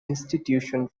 institution